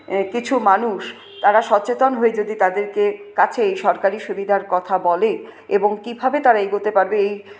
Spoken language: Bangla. কিছু মানুষ তারা সচেতন হয়ে যদি তাদেরকে কাছে এই সরকারি সুবিধার কথা বলে এবং কীভাবে তারা এগোতে পারবে এই